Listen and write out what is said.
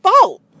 fault